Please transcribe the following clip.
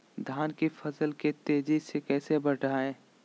धान की फसल के तेजी से कैसे बढ़ाएं?